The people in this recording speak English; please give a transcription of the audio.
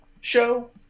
show